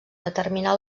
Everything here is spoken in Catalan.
determinar